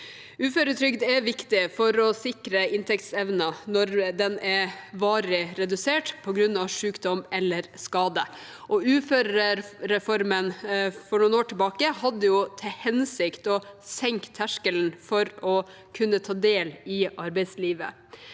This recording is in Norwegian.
Uføretrygd er viktig for å sikre inntektsevnen når den er varig redusert på grunn av sykdom eller skade. Uførereformen fra noen år tilbake hadde til hensikt å senke terskelen for å kunne ta del i arbeidslivet.